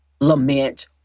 lament